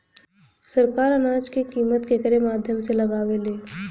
सरकार अनाज क कीमत केकरे माध्यम से लगावे ले?